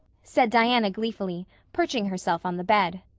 said diana gleefully, perching herself on the bed.